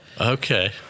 Okay